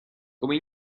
come